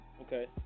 Okay